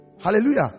hallelujah